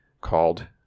called